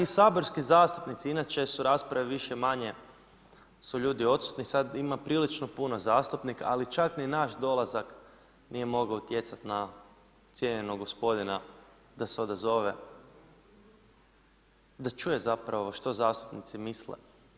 Čak i saborski zastupnici, inače su rasprave više-manje su ljudi odsutni, sad ima prilično puno zastupnika, ali čak ni naš dolazak nije mogao utjecat na cijenjenog gospodina da se odazove, da čuje zapravo što zastupnici misle.